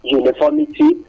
uniformity